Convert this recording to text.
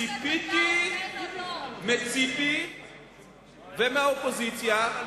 ציפיתי מציפי ומהאופוזיציה,